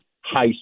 high